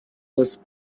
was